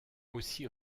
aussi